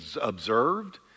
observed